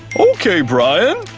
okay, brian!